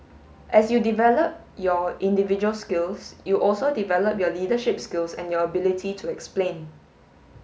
as you develop your individual skills you also develop your leadership skills and your ability to explain